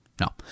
no